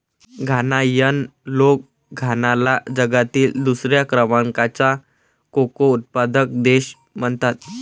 घानायन लोक घानाला जगातील दुसऱ्या क्रमांकाचा कोको उत्पादक देश म्हणतात